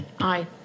Aye